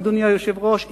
אדוני היושב-ראש,